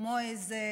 כמו איזה